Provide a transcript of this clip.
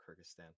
Kyrgyzstan